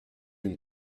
une